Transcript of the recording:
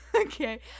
Okay